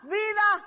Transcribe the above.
vida